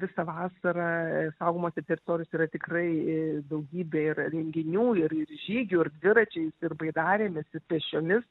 visą vasarą saugomose teritorijose yra tikrai daugybė yra renginių ir ir žygių ir dviračiais ir baidarėmis ir pėsčiomis